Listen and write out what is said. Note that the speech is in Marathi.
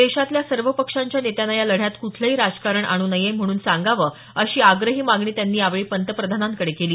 देशातल्या सर्व पक्षांच्या नेत्यांना या लढ्यात कुठलंही राजकारण आणू नये म्हणून सांगावं अशी आग्रही मागणी त्यांनी यावेळी पंतप्रधानांकडे केली